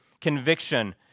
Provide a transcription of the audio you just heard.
conviction